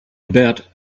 about